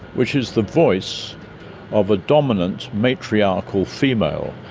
which is the voice of a dominant matriarchal female,